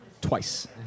twice